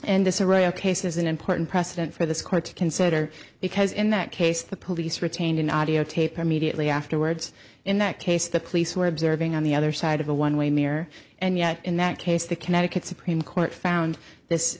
disarray a case is an important precedent for this court to consider because in that case the police retained an audio tape immediately afterwards in that case the police were observing on the other side of a one way mirror and yet in that case the connecticut supreme court found this